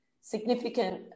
significant